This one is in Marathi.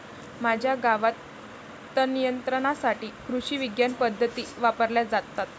माझ्या गावात तणनियंत्रणासाठी कृषिविज्ञान पद्धती वापरल्या जातात